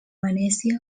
venècia